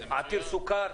עתיר סוכר?